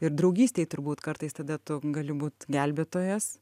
ir draugystėj turbūt kartais tada tu gali būt gelbėtojas